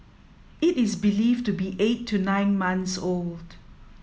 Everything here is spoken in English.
it is believed to be eight to nine months old